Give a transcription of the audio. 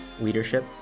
Leadership